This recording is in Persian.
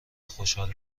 خوشحال